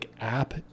app